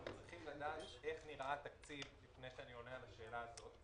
אנחנו צריכים לדעת איך נראה התקציב לפני שאני עונה על השאלה הזאת,